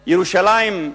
ירושלים,